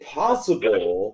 possible